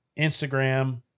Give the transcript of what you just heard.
Instagram